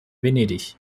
venedig